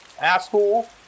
asshole